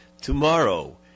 Tomorrow